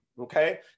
okay